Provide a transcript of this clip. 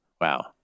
Wow